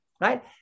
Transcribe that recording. right